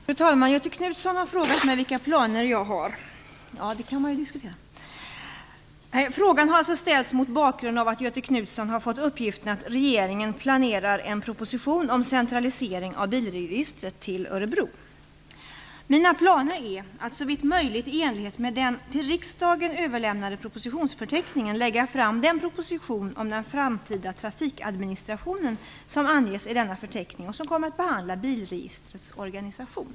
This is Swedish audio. Fru talman! Göthe Knutson har frågat mig vilka planer jag har. Frågan har ställts mot bakgrund av att Göthe Knutson har fått uppgiften att regeringen planerar en proposition om centralisering av bilregistret till Örebro. Mina planer är att, såvitt möjligt i enlighet med den till riksdagen överlämnade propositionsförteckningen, lägga fram den proposition om den framtida trafikadministrationen som anges i denna förteckning och som kommer att behandla bilregistrets organisation.